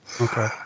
Okay